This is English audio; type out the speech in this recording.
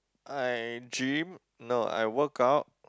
I gym no I workout